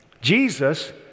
Jesus